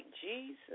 Jesus